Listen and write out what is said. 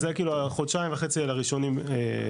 אז זה כאילו החודשיים וחצי הראשונים והיה